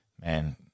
man